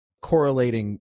correlating